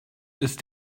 ist